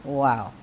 Wow